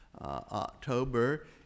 October